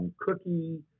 cookie